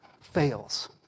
fails